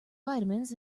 vitamins